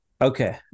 Okay